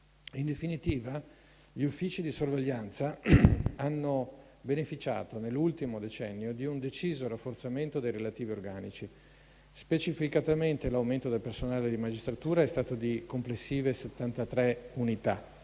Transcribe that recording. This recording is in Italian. In definitiva, gli uffici di sorveglianza hanno beneficiato, nell'ultimo decennio, di un deciso rafforzamento dei relativi organici: specificatamente, l'aumento del personale di magistratura è stato di complessive 73 unità,